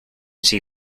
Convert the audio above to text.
see